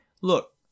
look